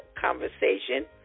conversation